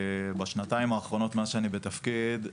בשנתיים האחרונים מאז שאני בתפקיד,